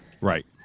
Right